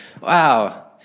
wow